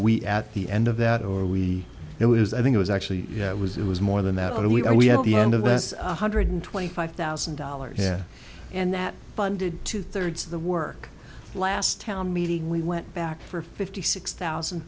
we at the end of that or we it was i think it was actually it was it was more than that we are we have the end of this one hundred twenty five thousand dollars and that funded two thirds of the work last town meeting we went back for fifty six thousand